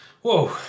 Whoa